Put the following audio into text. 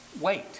Wait